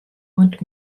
und